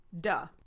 Duh